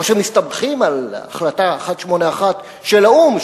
או שמסתמכים על החלטה 181 של האו"ם,